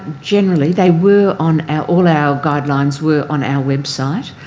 generally. they were on our all our guidelines were on our website.